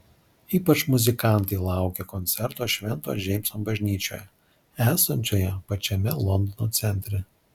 ypač muzikantai laukia koncerto švento džeimso bažnyčioje esančioje pačiame londono centre